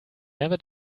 never